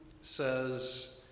says